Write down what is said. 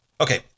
Okay